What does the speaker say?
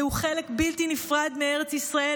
זהו חלק בלתי נפרד מארץ ישראל,